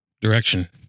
direction